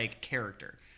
character